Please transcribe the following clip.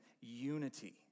unity